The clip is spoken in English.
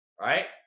right